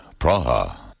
Praha